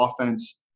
offense